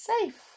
safe